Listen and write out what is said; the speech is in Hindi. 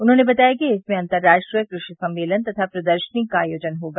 उन्होंने बताया कि इसमें अतर्राष्ट्रीय कृषि सम्मेलन तथा प्रदर्शनी का आयोजन होगा